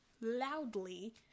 loudly